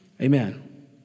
Amen